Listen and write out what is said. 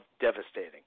devastating